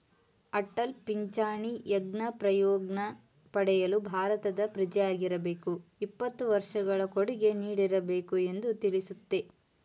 ಅಟಲ್ ಪಿಂಚಣಿ ಯೋಜ್ನ ಪ್ರಯೋಜ್ನ ಪಡೆಯಲು ಭಾರತದ ಪ್ರಜೆಯಾಗಿರಬೇಕು ಇಪ್ಪತ್ತು ವರ್ಷಗಳು ಕೊಡುಗೆ ನೀಡಿರಬೇಕು ಎಂದು ತಿಳಿಸುತ್ತೆ